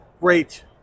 great